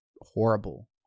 Horrible